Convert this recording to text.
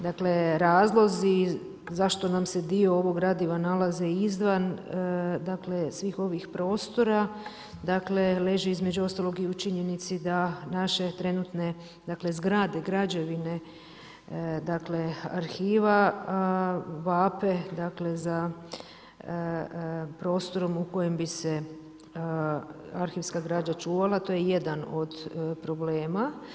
Dakle razlozi zašto nam se dio ovog gradiva nalazi izvan svih ovih prostora, dakle leži između ostalog i u činjenici da naše trenutne zgrade, građevine, dakle arhiva vape za prostorom u kojem bi se arhivska građa čuvala, to je jedan od problema.